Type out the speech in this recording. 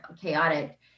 chaotic